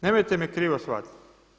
Nemojte me krivo shvatiti.